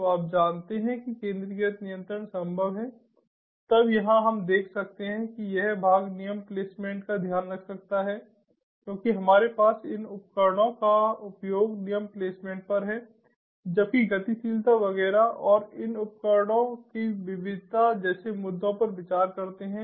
तो आप जानते हैं कि केंद्रीकृत नियंत्रण संभव है तब यहां हम देख सकते हैं कि यह भाग नियम प्लेसमेंट का ध्यान रख सकता है क्योंकि हमारे पास इन उपकरणों का उपयोग नियम प्लेसमेंट पर है जबकि गतिशीलता वगैरह और एन उपकरणों की विविधता जैसे मुद्दों पर विचार करते हैं